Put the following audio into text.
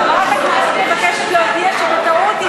חברת הכנסת מבקשת להודיע שבטעות היא